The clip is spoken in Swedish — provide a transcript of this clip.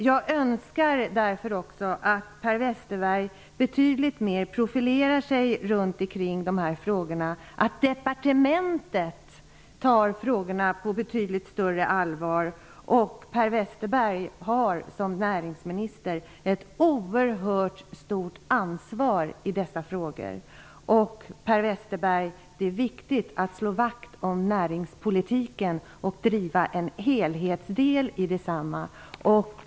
Jag önskar därför att Per Westerberg betydligt mer profilerar sig i dessa frågor och att departementet tar frågorna på betydligt större allvar. Per Westerberg har som näringsminister ett oerhört stort ansvar i dessa frågor. Det är viktigt att slå vakt om näringspolitiken och ha en helhet i densamma, Per Westerberg.